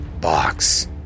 box